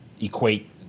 equate